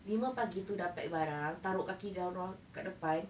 lima pagi tu dah pack barang taruh kaki dia orang dekat depan